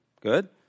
Good